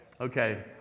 Okay